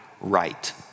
right